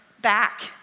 back